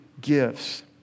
gifts